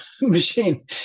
machine